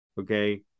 Okay